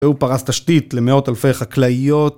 והוא פרס תשתית למאות אלפי חקלאיות